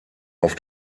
auf